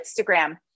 Instagram